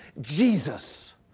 Jesus